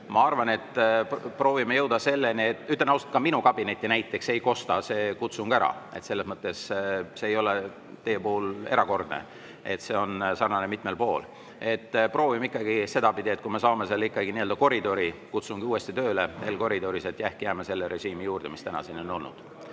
Ma arvan, et proovime jõuda selleni ... Ütlen ausalt, ka minu kabinetti näiteks ei kosta see kutsung ära. Selles mõttes see ei ole teie puhul erakordne, see on sarnane mitmel pool. Proovime ikkagi sedapidi, et kui me saame selle koridori kutsungi uuesti tööle L-[tiivas], siis äkki jääme selle režiimi juurde, mis tänaseni on olnud.